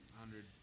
hundred